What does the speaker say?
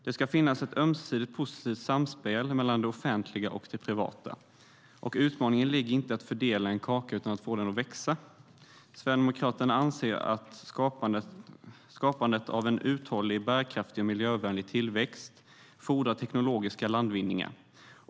Det ska finnas ett ömsesidigt positivt samspel mellan det offentliga och det privata, och utmaningen ligger inte i att fördela en kaka utan i att få den att växa. Sverigedemokraterna anser att skapandet av en uthållig, bärkraftig och miljövänlig tillväxt fordrar teknologiska landvinningar.